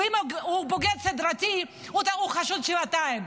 ואם הוא בוגד סדרתי, הוא חשוד שבעתיים.